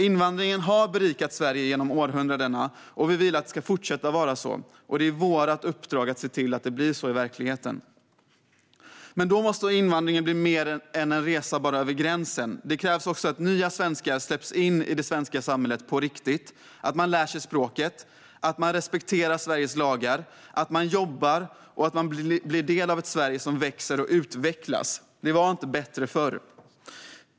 Invandringen har berikat Sverige genom århundraden, och vi vill att det ska fortsätta att vara så. Det är vårt uppdrag att se till att det blir så i verkligheten. Då måste dock invandring bli mer än bara en resa över gränsen; det krävs också att nya svenskar släpps in i det svenska samhället på riktigt, att man lär sig språket, att man respekterar Sveriges lagar, att man jobbar och att man blir en del av ett Sverige som växer och utvecklas. Det var inte bättre förr.